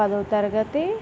పదో తరగతి